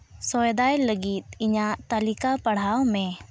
ᱥᱚᱭᱫᱟᱭ ᱞᱟᱹᱜᱤᱫ ᱤᱧᱟᱹᱜ ᱛᱟᱹᱞᱤᱠᱟ ᱯᱟᱲᱦᱟᱣ ᱢᱮ